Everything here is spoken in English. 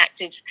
actives